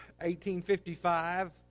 1855